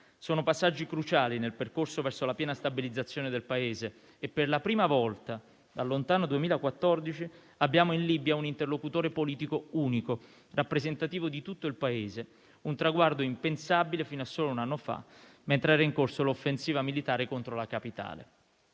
Sono passaggi cruciali nel percorso verso la piena stabilizzazione del Paese. Per la prima volta, dal lontano 2014, abbiamo in Libia un interlocutore politico unico, rappresentativo di tutto il Paese: un traguardo impensabile fino a solo un anno fa, mentre era in corso l'offensiva militare contro la capitale.